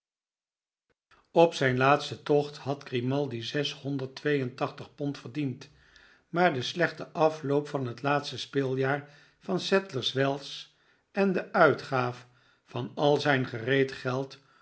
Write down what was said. op zijn laatsten tocht had grimaldi zes honderd twee en tachtig pond verdiend maarde slechte afloop van het laatste speeljaar van sadlers wells en de uitgaaf van al zijn gereed geld